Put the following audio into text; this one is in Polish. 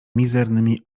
mizernymi